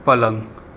પલંગ